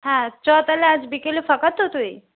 হ্যাঁ চ তাহলে আজ বিকেলে ফাঁকা তো তুই